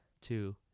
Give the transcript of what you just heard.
two